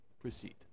proceed